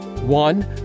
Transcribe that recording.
One